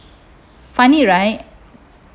funny right